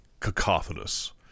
cacophonous